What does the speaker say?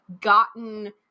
gotten